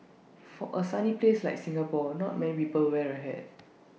for A sunny place like Singapore not many people wear A hat